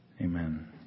Amen